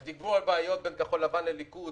הם דיברו על בעיות בין כחול לבן לליכוד,